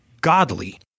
godly